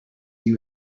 you